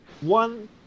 one